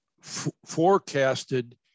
forecasted